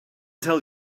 tell